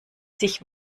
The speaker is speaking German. sich